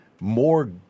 more